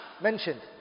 mentioned